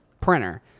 printer